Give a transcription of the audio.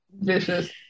vicious